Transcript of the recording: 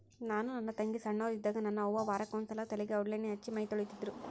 ನಾನು ನನ್ನ ತಂಗಿ ಸೊಣ್ಣೋರಿದ್ದಾಗ ನನ್ನ ಅವ್ವ ವಾರಕ್ಕೆ ಒಂದ್ಸಲ ತಲೆಗೆ ಔಡ್ಲಣ್ಣೆ ಹಚ್ಚಿ ಮೈತೊಳಿತಿದ್ರು